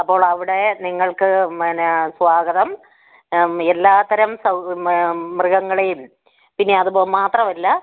അപ്പോളവിടെ നിങ്ങൾക്ക് മെന്നാ സ്വാഗതം എല്ലാത്തരം മൃഗങ്ങളെയും പിന്നെ അത്പ് മാത്രമല്ല